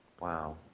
Wow